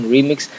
Remix